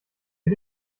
wir